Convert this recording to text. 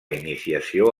iniciació